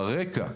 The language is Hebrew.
ברקע,